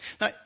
Now